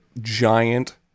giant